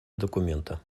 документа